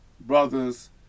brothers